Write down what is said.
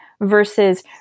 versus